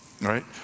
right